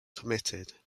permitted